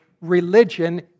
religion